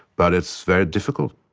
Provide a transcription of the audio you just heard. but it's very difficult